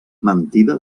mentida